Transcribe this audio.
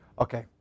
Okay